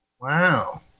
wow